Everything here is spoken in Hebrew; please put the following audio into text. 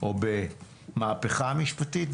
או במהפכה משפטית,